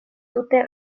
tute